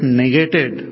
negated